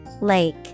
Lake